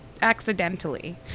Accidentally